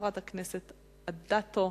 חברת הכנסת אדטו,